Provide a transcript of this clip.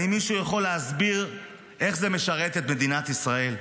האם מישהו יכול להסביר איך זה משרת את מדינת ישראל?